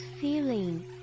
feeling